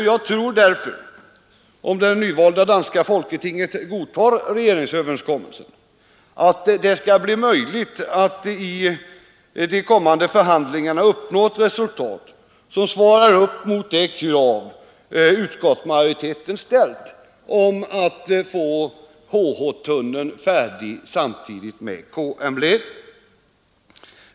Jag tror därför att om det nyvalda danska folketinget godtar regeringsöverenskommelsen, blir det möjligt att i de kommande förhandlingarna uppnå ett resultat som svarar mot de krav utskottsmajoriteten ställt om att få HH-tunneln färdig samtidigt med KM-leden.